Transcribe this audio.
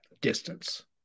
distance